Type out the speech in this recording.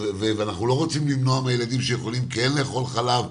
ואנחנו לא רוצים למנוע מהילדים שכן יכולים לאכול חלב,